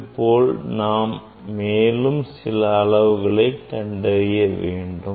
இதுபோல் நாம் மேலும் சில அளவுகளை கண்டறிய வேண்டும்